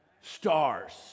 Stars